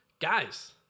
Guys